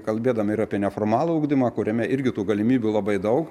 kalbėdami ir apie neformalų ugdymą kuriame irgi tų galimybių labai daug